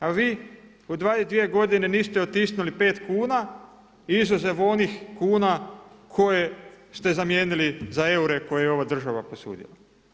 A vi u 22 godine niste otisnuli 5 kuna izuzev onih kuna koje ste zamijenili za eure koje je ova država posudila.